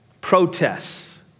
protests